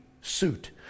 suit